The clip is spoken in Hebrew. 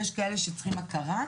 כי יש כאלה שצריכים הכרה,